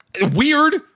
weird